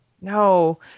No